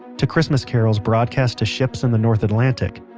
to christmas carols broadcast to ships in the north atlantic,